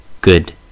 good